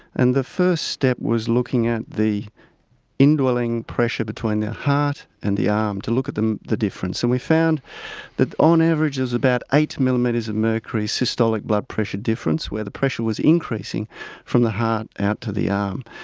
and the first step was looking at the indwelling pressure between the heart and the arm, to look at the the difference. and we found that on average there was about eight millimetres of mercury systolic blood pressure difference where the pressure was increasing from the heart out to the arm.